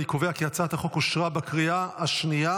אני קובע כי הצעת החוק אושרה בקריאה השנייה.